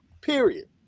period